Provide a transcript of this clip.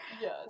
yes